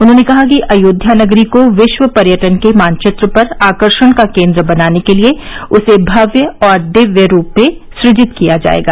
उन्होंने कहा कि अयोध्या नगरी को विश्व पर्यटन के मानचित्र पर आकर्षण का केन्द्र बनाने के लिये उसे भव्य और दिव्य रूप में सुजित किया जायेगा